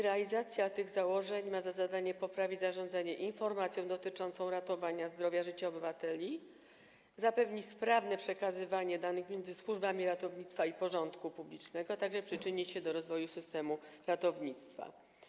Realizacja tych założeń ma poprawić zarządzanie informacją dotyczącą ratowania zdrowia i życia obywateli, zapewnić sprawne przekazywanie danych między służbami ratownictwa i porządku publicznego, a także przyczynić się do rozwoju systemu ratownictwa.